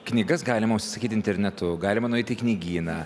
knygas galima užsisakyti internetu galima nueiti į knygyną